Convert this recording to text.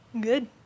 Good